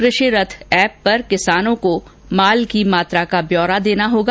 कृषि रथ ऐप पर किसानों को माल की मात्रा का ब्यौरा देना होगा